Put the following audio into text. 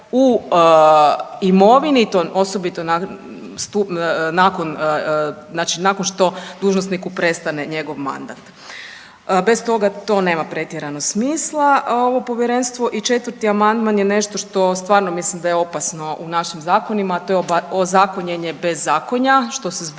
u imovini to osobito nakon, znači nakon što dužnosniku prestanke njegov mandat. Bez toga to nema pretjerano smisla ovo povjerenstvo. I četvrti amandman nešto stvarno mislim da je opasno u našim zakonima, a to je ozakonjenje bezzakonja što se zbiva u